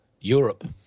Europe